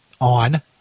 on